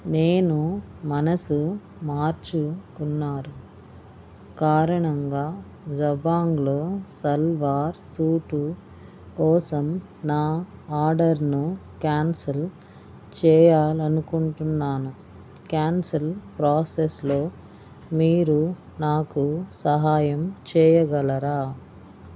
నేను మనసు మార్చుకున్నారు కారణంగా జబాంగ్లో సల్వార్ సూటు కోసం నా ఆర్డర్ను క్యాన్సల్ చేయాలనుకుంటున్నాను క్యాన్సల్ ప్రోసెస్లో మీరు నాకు సహాయం చేయగలరా